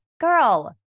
girl